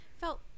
felt